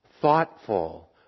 thoughtful